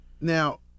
Now